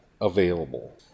available